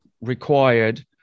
required